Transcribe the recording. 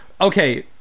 okay